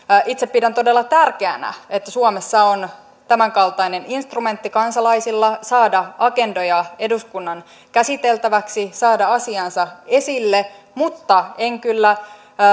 itse pidän todella tärkeänä että suomessa on tämänkaltainen instrumentti kansalaisilla saada agendoja eduskunnan käsiteltäväksi saada asiansa esille mutta en kyllä